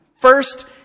First